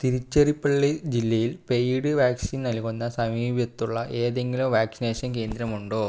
തിരുച്ചെറിപ്പള്ളി ജില്ലയിൽ paid vaccine നൽകുന്ന സമീപത്തുള്ള ഏതെങ്കിലും വാക്സിനേഷൻ കേന്ദ്രമുണ്ടോ